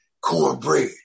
cornbread